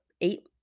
eight